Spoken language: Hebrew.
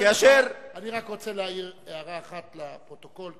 אני רק רוצה להעיר הערה אחת לפרוטוקול,